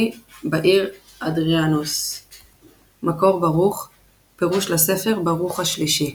בעיר אדריאנוס מקור ברוך – פירוש לספר "ברוך השלישי"